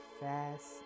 fast